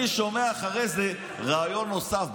אני שומע אחרי זה ריאיון נוסף.